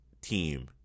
team